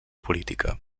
política